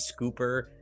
scooper